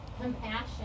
Compassion